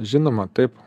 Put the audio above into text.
žinoma taip